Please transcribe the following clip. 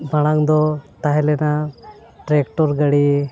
ᱢᱟᱲᱟᱝ ᱫᱚ ᱛᱟᱦᱮᱸ ᱞᱮᱱᱟ ᱴᱨᱮᱠᱴᱚᱨ ᱜᱟᱹᱰᱤ